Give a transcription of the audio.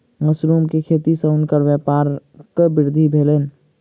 mushroom के खेती सॅ हुनकर व्यापारक वृद्धि भेलैन